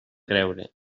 creure